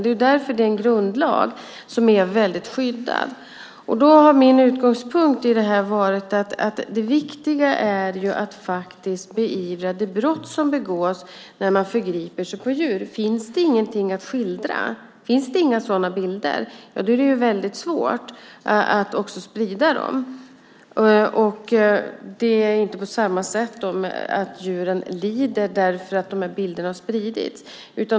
Det är därför som det är en grundlag som är väldigt skyddad. Min utgångspunkt här har varit att det viktiga är att faktiskt beivra det brott som begås när man förgriper sig på djur. Finns det inga sådana bilder är det ju väldigt svårt att få en spridning. Det är alltså inte på samma sätt för djuren - att de lider därför att bilder har spritts.